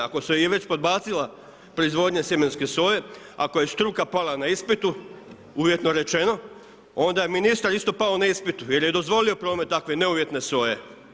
Ako je već podbacila proizvodnja sjemenske soje, ako je struka pala na ispitu uvjetno rečeno, onda je ministar isto pao na ispitu jer je dozvolio promet takve neuvjetne soje.